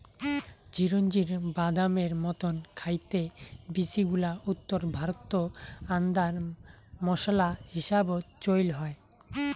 চিরোঞ্জির বাদামের মতন খাইতে বীচিগুলা উত্তর ভারতত আন্দার মোশলা হিসাবত চইল হয়